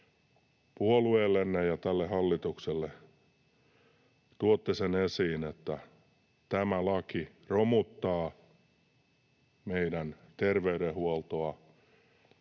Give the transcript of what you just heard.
puolueellenne ja tälle hallitukselle tuotte esiin sen, että tämä laki romuttaa meidän terveydenhuoltoamme.